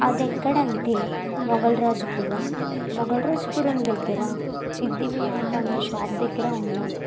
అదెక్కడంటే మొగల్రాజుపురం మొగల్రాజుపురం దగ్గర సిద్ది వినాయక్ అనే షాప్ దగ్గర ఉన్నాను